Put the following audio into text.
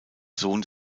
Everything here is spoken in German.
sohn